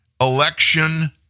election